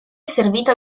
servita